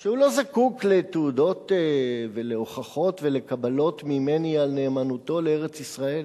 שהוא לא זקוק לתעודות ולהוכחות ולקבלות ממני על נאמנותו לארץ-ישראל,